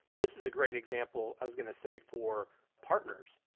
this is a great example. i was going to say for partners,